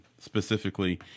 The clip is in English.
specifically